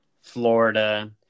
Florida